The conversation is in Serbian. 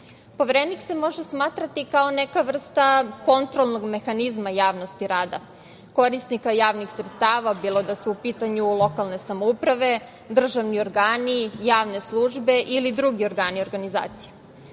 pohvalu. Poverenik se može smatrati kao neka vrsta kontrolnog mehanizma i javnosti rada korisnika javnih sredstava, bilo da su u pitanju lokalne samouprave, državni organi, javne službe ili drugi organi i organizacije. Poverenik